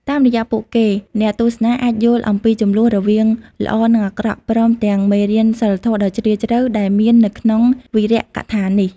តាមរយៈពួកគេ អ្នកទស្សនាអាចយល់អំពីជម្លោះរវាងល្អ និងអាក្រក់ ព្រមទាំងមេរៀនសីលធម៌ដ៏ជ្រាលជ្រៅដែលមាននៅក្នុងវីរកថានេះ ។